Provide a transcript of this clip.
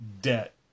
Debt